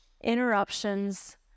Interruptions